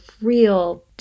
real